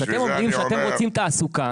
כשאתם אומרים שאתם רוצים תעסוקה,